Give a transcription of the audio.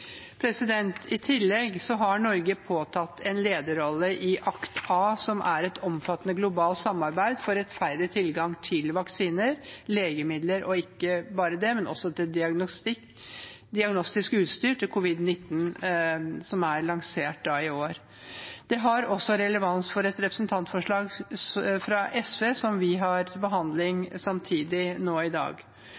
I tillegg har Norge påtatt seg en lederrolle i ACT-A, som er et omfattende globalt samarbeid for rettferdig tilgang til vaksiner, legemidler og diagnostisk utstyr for covid-19, som er lansert i år. Det har også relevans for et representantforslag fra SV, som vi har til behandling